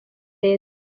leta